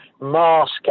mask